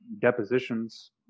depositions